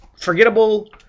forgettable